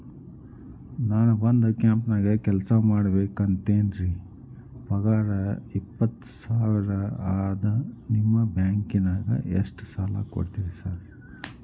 ನಾನ ಒಂದ್ ಕಂಪನ್ಯಾಗ ಕೆಲ್ಸ ಮಾಡಾಕತೇನಿರಿ ಪಗಾರ ಇಪ್ಪತ್ತ ಸಾವಿರ ಅದಾ ನಿಮ್ಮ ಬ್ಯಾಂಕಿನಾಗ ಎಷ್ಟ ಸಾಲ ಕೊಡ್ತೇರಿ ಸಾರ್?